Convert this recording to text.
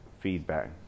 feedback